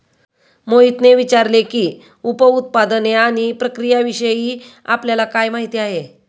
मोहितने विचारले की, उप उत्पादने आणि प्रक्रियाविषयी आपल्याला काय माहिती आहे?